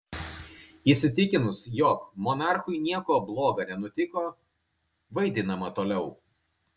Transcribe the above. įsitikinus jog monarchui nieko bloga nenutiko vaidinama toliau